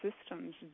systems